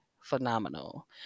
phenomenal